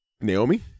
Naomi